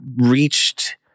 reached